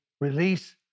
release